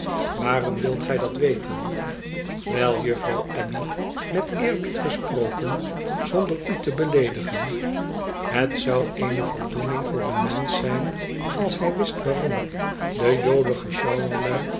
waarom wilt gij dat weten wel juffrouw abbey met eerbied geesproken zonder u te beleedigen het zou eene voldoening voor een mensch zijn als hij wist waarom de